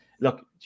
look